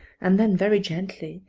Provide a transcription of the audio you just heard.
and then very gently,